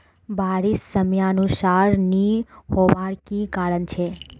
बारिश समयानुसार नी होबार की कारण छे?